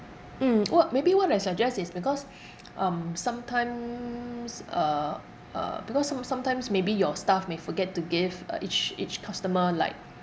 mm what maybe what I suggest is because um sometimes uh uh because some~ sometimes maybe your staff may forget to give uh each each customer like